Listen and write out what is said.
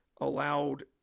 allowed